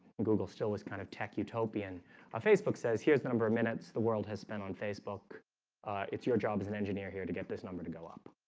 and google still was kind of tech utopian a facebook says here's number of minutes. the world has spent on facebook it's your job as an engineer here to get this number to go up.